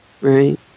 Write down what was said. Right